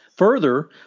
Further